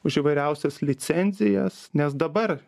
už įvairiausias licencijas nes dabar